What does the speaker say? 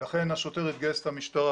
לכן השוטר התגייס למשטרה.